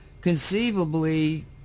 conceivably